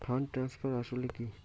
Fund transfer আসলে কী?